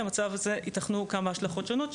למצב הזה ייתכנו כמה השלכות שונות,